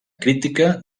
crítica